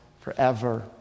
forever